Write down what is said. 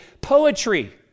poetry